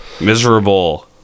Miserable